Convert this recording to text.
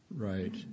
Right